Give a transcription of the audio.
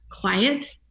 quiet